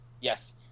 Yes